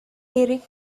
eric